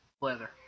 Leather